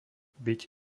byť